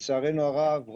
ולצערנו הרב,